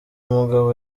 mugabo